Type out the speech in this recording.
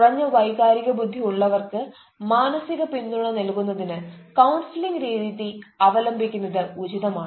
കുറഞ്ഞ വൈകാരിക ബുദ്ധി ഉള്ളവർക്ക് മാനസിക പിന്തുണ നൽകുന്നതിന് കൌൺസിലിംഗ് രീതി അവലംബിക്കുന്നത് ഉചിതമാണ്